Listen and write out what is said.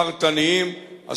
פרטניים,